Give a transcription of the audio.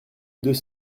deux